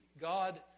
God